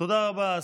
תודה רבה.